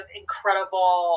incredible